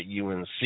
UNC